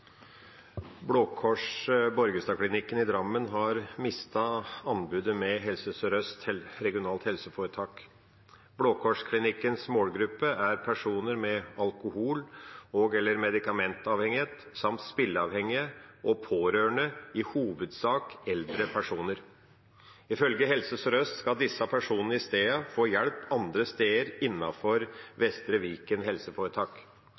målgruppe er personer med alkohol- og/eller medikamentavhengighet, samt spilleavhengige og pårørende, i hovedsak eldre personer. Ifølge Helse Sør-Øst skal disse personene i stedet få hjelp andre steder